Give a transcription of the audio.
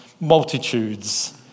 multitudes